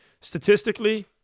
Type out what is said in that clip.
statistically